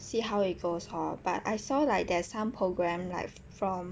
see how it goes hor but I saw like there are some programme like from